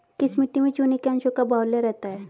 किस मिट्टी में चूने के अंशों का बाहुल्य रहता है?